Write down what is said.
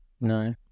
No